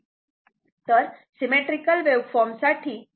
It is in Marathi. तर सिमेट्रीकल वेव्हफॉर्म साठी आणि असिमेट्रीकल वेव्हफॉर्म साठी अशी ही कल्पना आहे